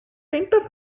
painter